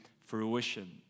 fruition